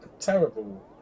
Terrible